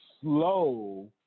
slow